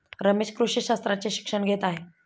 रमेश कृषी शास्त्राचे शिक्षण घेत आहे